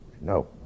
No